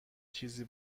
چیزی